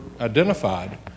identified